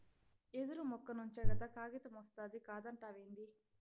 యెదురు మొక్క నుంచే కదా కాగితమొస్తాది కాదంటావేంది